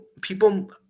people